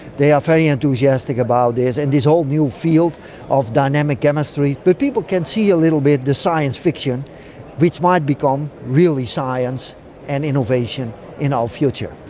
they are very enthusiastic about this, and this whole new field of dynamic chemistry. but people can see a little bit the science fiction which might become really science and innovation in our future.